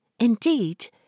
Indeed